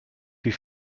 wie